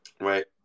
right